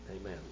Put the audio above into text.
Amen